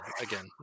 again